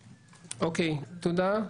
אוקיי, תודה.